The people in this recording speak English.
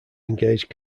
engage